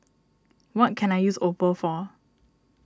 what can I use Oppo for